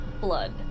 Blood